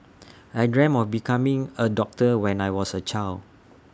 I dreamt of becoming A doctor when I was A child